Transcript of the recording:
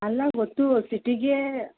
ಅಲ್ಲ ಗೊತ್ತು ಸಿಟಿಗೇ